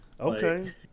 Okay